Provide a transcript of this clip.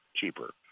cheaper